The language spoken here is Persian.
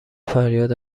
فریاد